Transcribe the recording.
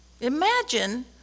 Imagine